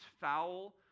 foul